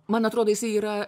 man atrodo jisai yra